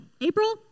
April